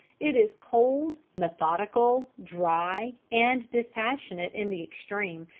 it is cold, methodical, dry, and dispassionate in the extreme,